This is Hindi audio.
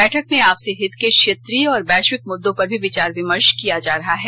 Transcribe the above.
बैठक में आपसी हित के क्षेत्रीय और वैश्विक मुददों पर भी विचार विमर्श किया जा रहा है